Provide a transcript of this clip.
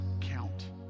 count